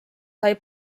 sai